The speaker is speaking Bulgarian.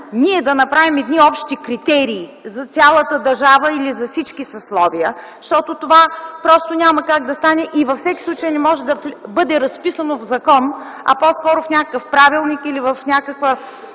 ние да направим едни общи критерии за цялата държава или за всички съсловия, защото това просто няма как да стане и във всеки случай не може да бъде разписано в закон, а по-скоро в някакъв правилник или в някаква